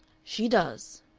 she does.